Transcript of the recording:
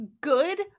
Good